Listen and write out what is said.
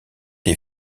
des